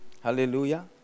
Hallelujah